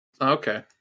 Okay